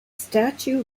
statue